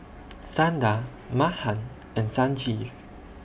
Sundar Mahan and Sanjeev